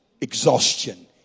exhaustion